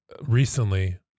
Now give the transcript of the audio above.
recently